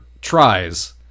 tries